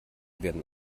werden